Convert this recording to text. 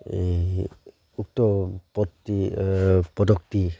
এই উক্ত পদটি পদকটি